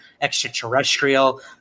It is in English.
extraterrestrial